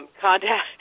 contact